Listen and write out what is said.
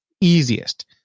easiest